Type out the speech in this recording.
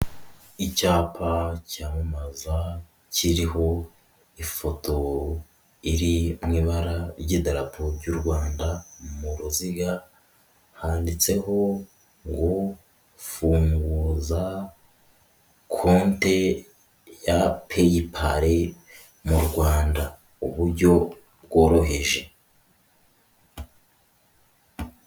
Icyapa cyamamaza kiriho ifoto iri mu ibara ry'idarapo ry'u Rwanda mu ruziga, handitseho ngo funguza konte ya peyipale mu Rwanda uburyo bworoheje.